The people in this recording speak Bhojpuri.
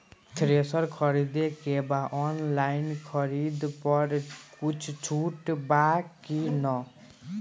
थ्रेसर खरीदे के बा ऑनलाइन खरीद पर कुछ छूट बा कि न?